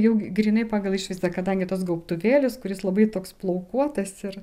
jau grynai pagal išvaizdą kadangi tos gaubtuvėlės kuris labai toks plaukuotas ir